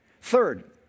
Third